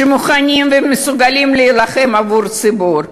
שמוכנים ומסוגלים להילחם עבור הציבור.